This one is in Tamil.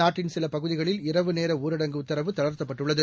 நாட்டின் சில பகுதிகளில் இரவுநேர ஊரடங்கு உத்தரவு தளர்த்தப்பட்டுள்ளது